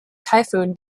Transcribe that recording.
typhoon